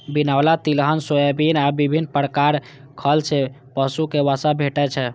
बिनौला, तिलहन, सोयाबिन आ विभिन्न प्रकार खल सं पशु कें वसा भेटै छै